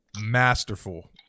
masterful